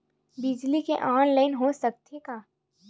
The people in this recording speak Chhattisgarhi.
बिजली के ऑनलाइन हो सकथे का?